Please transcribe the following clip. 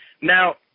Now